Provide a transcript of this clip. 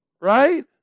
Right